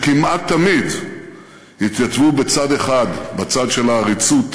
שכמעט תמיד התייצבו בצד אחד, בצד של העריצות,